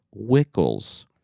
wickles